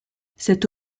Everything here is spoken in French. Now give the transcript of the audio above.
cette